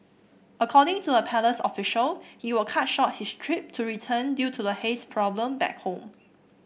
according to a palace official he will cut short his trip to return due to the haze problem back home